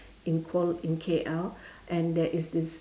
in Kuala~ in K_L and there is this